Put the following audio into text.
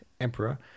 Emperor